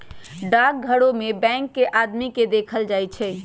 डाकघरो में बैंक के आदमी के देखल जाई छई